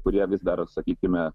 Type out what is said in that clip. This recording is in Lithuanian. kurie vis dar sakykime